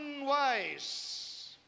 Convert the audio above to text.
Unwise